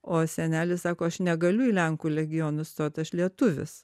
o senelis sako aš negaliu į lenkų legionus stot aš lietuvis